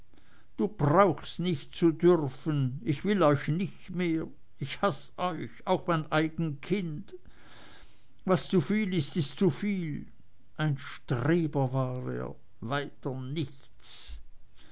du brauchst nicht zu dürfen ich will euch nicht mehr ich hasse euch auch mein eigen kind was zuviel ist ist zuviel ein streber war er weiter nichts